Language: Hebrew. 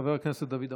חבר הכנסת דוד אמסלם,